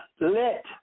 Let